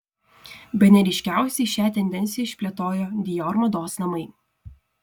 bene ryškiausiai šią tendenciją išplėtojo dior mados namai